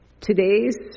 Today's